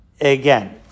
again